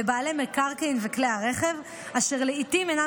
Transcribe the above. לבעלי מקרקעין וכלי הרכב אשר לעיתים אינם